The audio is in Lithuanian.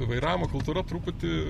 vairavimo kultūra truputį